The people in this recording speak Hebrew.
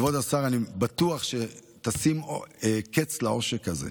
כבוד השר, אני בטוח שתשים קץ לעושק הזה